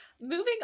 Moving